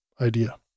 idea